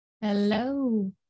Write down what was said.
hello